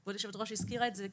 וגם היושבת-ראש הזכירה את זה,